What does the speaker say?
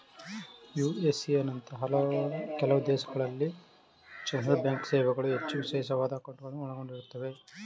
USA ನಂತಹ ಕೆಲವು ದೇಶಗಳಲ್ಲಿ ಚಿಲ್ಲ್ರೆಬ್ಯಾಂಕ್ ಸೇವೆಗಳು ಹೆಚ್ಚು ವಿಶೇಷವಾದ ಅಂಕೌಟ್ಗಳುನ್ನ ಒಳಗೊಂಡಿರುತ್ತವೆ